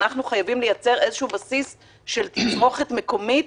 אנחנו חייבים לייצר איזשהו בסיס של תצרוכת מקומית